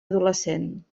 adolescent